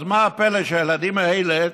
ואז מה הפלא שהילדים האלה,